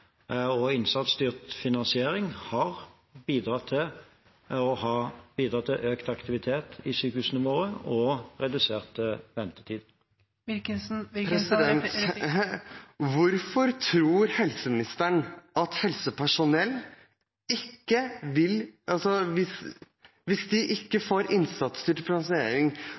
og innsatsstyrt finansering har bidratt til økt aktivitet i sykehusene våre og reduserte ventetider. Hvorfor tror helseministeren at helsepersonell hvis de ikke får innsatsstyrt finansering, vil jobbe saktere eller gi mindre behandling til dem som trenger det mest? Det tror jeg ikke.